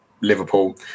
Liverpool